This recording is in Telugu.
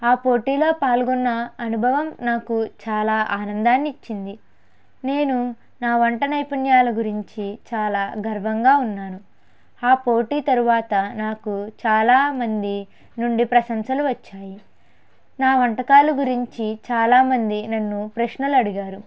ఆ పోటీలో పాల్గొన్న అనుభవం నాకు చాలా ఆనందాన్ని ఇచ్చింది నేను నా వంట నైపుణ్యాల గురించి చాలా గర్వంగా ఉన్నాను ఆ పోటీ తర్వాత నాకు చాలా మంది నుంచి ప్రశంసలు వచ్చాయి నా వంటకాలు గురించి చాలా మంది నన్ను ప్రశ్నలు అడిగారు